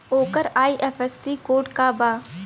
ओकर IFSC code का बा?